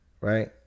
right